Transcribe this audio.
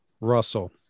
Russell